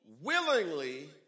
willingly